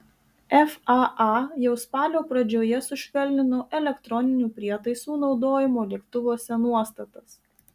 faa jau spalio pradžioje sušvelnino elektroninių prietaisų naudojimo lėktuvuose nuostatas